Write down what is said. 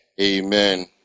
Amen